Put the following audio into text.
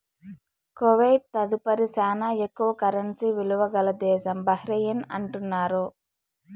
Kuwait తదుపరి శానా ఎక్కువ కరెన్సీ ఇలువ గల దేశం బహ్రెయిన్ అంటున్నారు